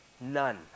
None